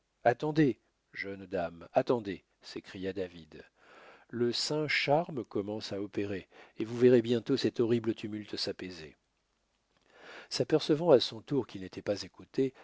attendez jeune dame attendez s'écria david le saint charme commence à opérer et vous verrez bientôt cet horrible tumulte s'apaiser s'apercevant à son tour qu'il n'était pas écouté